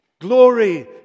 Glory